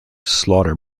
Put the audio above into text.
slaughter